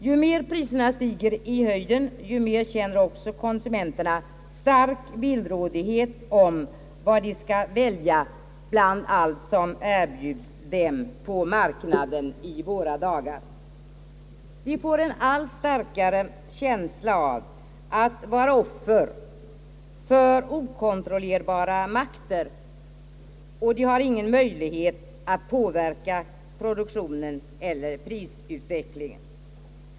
Ju mer priserna stiger i höjden, desto större villrådighet känner också konsumenterna när de skall välja bland allt som erbjudes dem på marknaden i våra dagar. De får en allt starkare känsla av att vara offer för okontrollerbara makter, och de har ingen möjlighet att påverka produktionen eller prisutvecklingen.